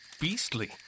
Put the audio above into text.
beastly